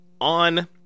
on